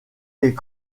est